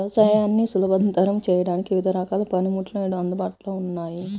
వ్యవసాయాన్ని సులభతరం చేయడానికి వివిధ రకాల పనిముట్లు నేడు అందుబాటులో ఉన్నాయి